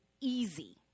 easy